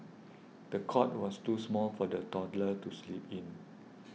the cot was too small for the toddler to sleep in